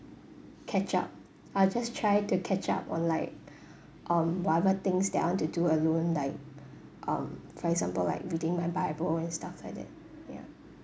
catch up I'll just try to catch up on like on whatever things that I want to do alone like um for example like reading my bible and stuff like that ya